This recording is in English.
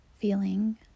feeling